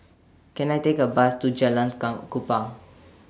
Can I Take A Bus to Jalan Kupang